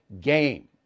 game